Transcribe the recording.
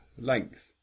length